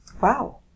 Wow